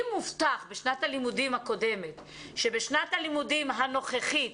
אם הובטח בשנת הלימודים הקודמת שבשנת הלימודים הנוכחית